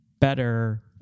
better